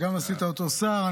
עשית אותו שר,